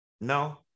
No